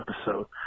episode